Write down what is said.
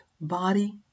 body